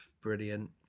brilliant